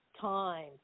time